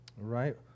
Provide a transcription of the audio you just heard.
right